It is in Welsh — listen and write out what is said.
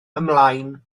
ymlaen